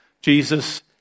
Jesus